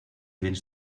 véns